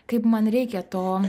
kaip man reikia to